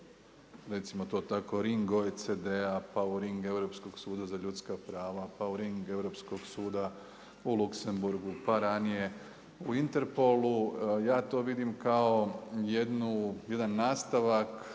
recimo to tako kao ring OECD-a, pa u ring Europskog suda za ljudska prava, pa u ring Europskog suda u Luxembourgu, pa ranije u Interpolu. Ja to vidim kao jedan nastavak